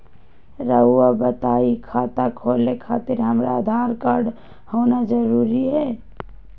रउआ बताई खाता खोले खातिर हमरा आधार कार्ड होना जरूरी है?